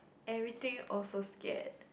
everything also scared